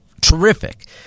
terrific